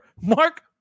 Mark